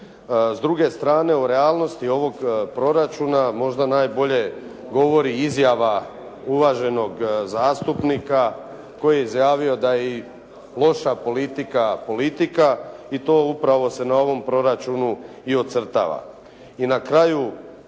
S druge strane, u realnosti ovog proračuna možda najbolje govori izjava uvaženog zastupnika koji je izjavio da je i loša politika politika i to upravo se na ovom proračunu i ocrtava.